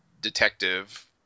detective